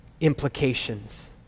implications